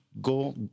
go